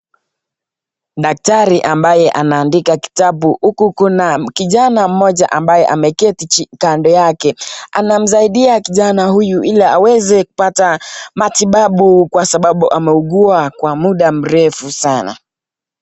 Daktari ambaye anaandika kitabu huku kuna kijana mmoja ambaye ameketi kando yake, anamsaidia kijana huyu hili aweze kupata matibabu kwa sababu ameugua kwa mrefu sana.